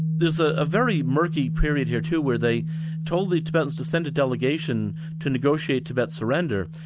there's ah a very murky period here too, where they told the tibetans to send a delegation to negotiate tibet's surrender,